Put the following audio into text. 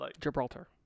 Gibraltar